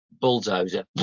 Bulldozer